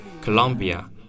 Colombia